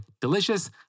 delicious